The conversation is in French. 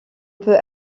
peut